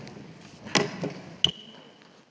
Hvala.